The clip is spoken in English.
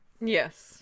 yes